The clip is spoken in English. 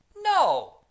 no